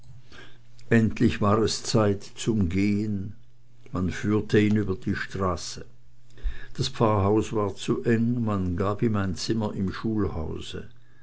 endlich war es zeit zum gehen man führte ihn über die straße das pfarrhaus war zu eng man gab ihm ein zimmer im schulhause